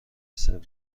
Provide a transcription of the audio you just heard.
سوم